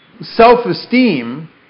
Self-esteem